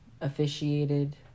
Officiated